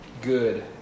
good